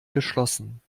geschlossen